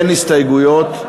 אין הסתייגויות,